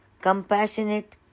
compassionate